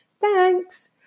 Thanks